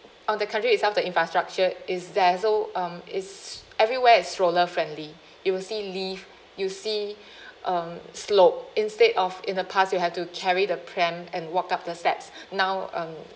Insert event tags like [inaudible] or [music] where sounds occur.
on the country itself the infrastructure is there so um it's everywhere is stroller friendly you will see lift you see [breath] um slope instead of in the past you have to carry the pram and walk up the steps [breath] now um